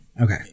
Okay